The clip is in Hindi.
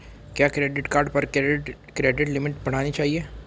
क्या क्रेडिट कार्ड पर क्रेडिट लिमिट बढ़ानी चाहिए?